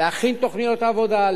להכין תוכניות עבודה,